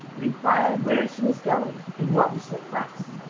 and inquired where she was going and what was her quest.